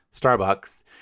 Starbucks